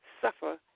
suffer